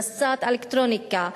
הנדסת אלקטרוניקה,